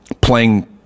playing